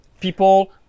People